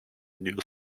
new